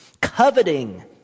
Coveting